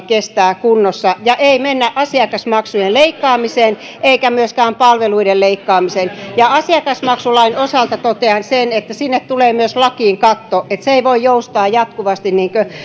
kestää kunnossa eikä mennä asiakasmaksujen leikkaamiseen eikä myöskään palveluiden leikkaamiseen asiakasmaksulain osalta totean sen että sinne tulee myös lakiin katto se ei voi joustaa jatkuvasti